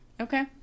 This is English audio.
okay